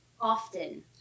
often